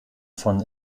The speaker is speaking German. von